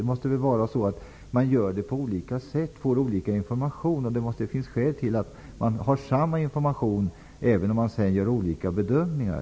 Det måste väl vara så att man gör på olika sätt och får olika information. Det måste finnas skäl om människor har samma information och sedan gör olika bedömningar.